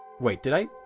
wait did i,